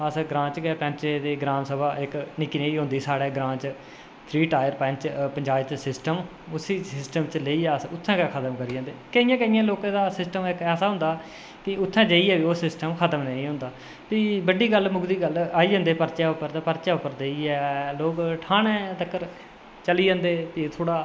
तां अस ग्रांऽ च गै पैंचें दी ग्राम सभा निक्की निं होंदी साढ़े ग्रांऽ च थ्री टाईप पंचायत सिस्टम उसी सिस्टम गी लेइयै अस उसी उत्थें गै खत्म करी दिंदे केइयें केइयेंलोकें दा सिस्टम ऐसा होंदा की उत्थें जाइयै बी ओह् सिस्टम खत्म निं होंदा भी बड्डी गल्ल मुक्कदी गल्ल ऐ की परचै उप्पर लेइयै लोक ठाणे उप्पर चली जंदे फ्ही थोह्ड़ा